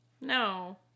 no